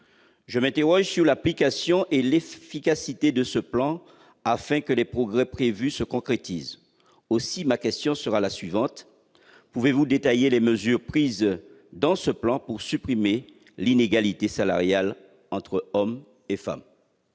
je m'interroge sur l'application et l'efficacité de ce plan afin que les progrès prévus se concrétisent. Ma question sera donc la suivante : pouvez-vous détailler les mesures prises dans ce plan pour supprimer l'inégalité salariale entre hommes et femmes ?